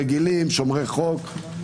רגילים, שומרי חוק.